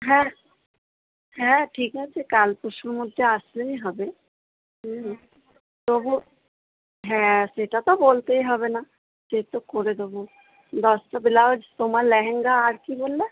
হ্যাঁ হ্যাঁ ঠিক আছে কাল পরশুর মধ্যে আসলেই হবে হুম তবু হ্যাঁ সেটা তো বলতেই হবে না সে তো করে দেবো দশটা ব্লাউজ তোমার লেহেঙ্গা আর কি বললে